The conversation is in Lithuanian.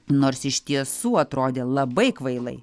nors iš tiesų atrodė labai kvailai